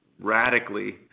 radically